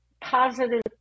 positive